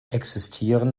existieren